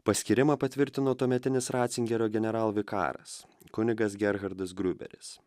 paskyrimą patvirtino tuometinis racingerio generalvikaras kunigas gerhardas griuberis